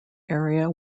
area